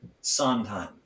Sondheim